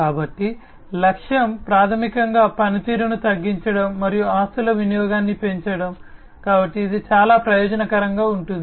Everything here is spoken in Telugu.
కాబట్టి లక్ష్యం ప్రాథమికంగా పనితీరును తగ్గించడం మరియు ఆస్తుల వినియోగాన్ని పెంచడం కాబట్టి ఇది చాలా ప్రయోజనకరంగా ఉంటుంది